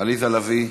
עליזה לביא,